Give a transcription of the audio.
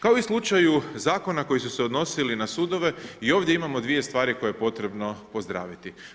Kao i u slučaju zakona koji su se odnosili na sudove i ovdje imamo dvije stvari koje je potrebno pozdraviti.